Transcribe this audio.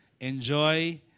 Enjoy